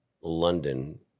London